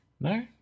No